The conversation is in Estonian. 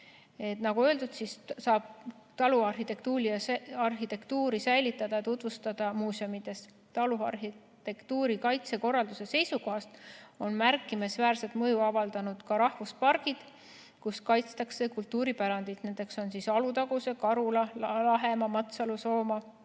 Nagu öeldud, saab taluarhitektuuri säilitada ja tutvustada muuseumides. Taluarhitektuuri kaitse korralduse seisukohast on märkimisväärset mõju avaldanud ka rahvuspargid, kus kaitstakse kultuuripärandit, need on Alutaguse, Karula, Lahemaa, Matsalu, Soomaa